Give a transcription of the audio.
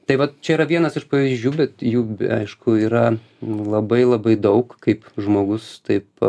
taip vat čia yra vienas iš pavyzdžių bet jų aišku yra labai labai daug kaip žmogus taip